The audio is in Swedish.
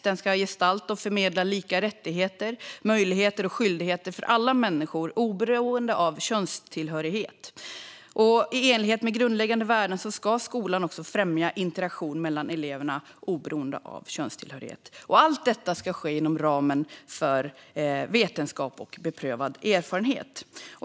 Den ska gestalta och förmedla lika rättigheter, möjligheter och skyldigheter för alla människor, oberoende av könstillhörighet. I enlighet med grundläggande värden ska skolan också främja interaktion mellan eleverna, oberoende av könstillhörighet. Allt ska ske inom ramen för vetenskap och beprövad erfarenhet.